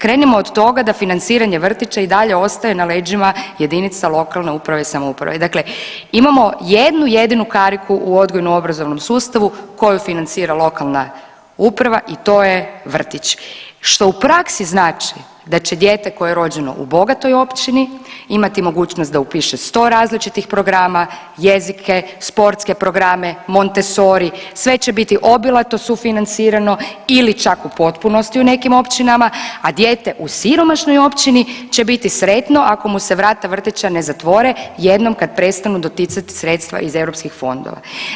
Krenimo od toga da financiranje vrtića i dalje ostaje na leđima jedinica lokalne uprave i samouprave i dakle imamo jednu jedinu kariku u odgojno obrazovnom sustavu koju financira lokalna uprava i to je vrtić što u praksi znači da će dijete koje je rođeno u bogatoj općini imati mogućnost da upiše 100 različitih programa, jezike, sportske programe, Montessori, sve će biti obilato sufinancirano ili čak u potpunosti u nekim općinama, a dijete u siromašnoj općini će biti sretno ako mu se vrata vrtića ne zatvore jednom kad prestanu doticati sredstva iz EU fondova.